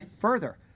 Further